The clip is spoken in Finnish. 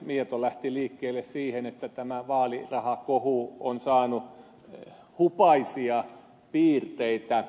mieto lähti liikkeelle siitä että tämä vaalirahakohu on saanut hupaisia piirteitä